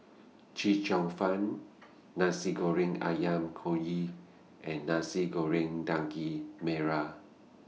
Chee Cheong Fun Nasi Goreng Ayam Kunyit and Nasi Goreng Daging Merah